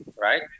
Right